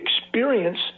experience